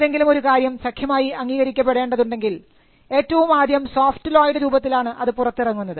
ഏതെങ്കിലും ഒരു കാര്യം സഖ്യമായി അംഗീകരിക്കപ്പെടേണ്ടതുണ്ടെങ്കിൽ ഏറ്റവും ആദ്യം സോഫ്റ്റ് ലോയുടെ രൂപത്തിലാണ് അത് പുറത്തിറക്കുന്നത്